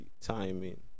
timing